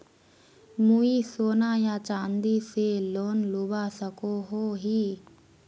मुई सोना या चाँदी से लोन लुबा सकोहो ही?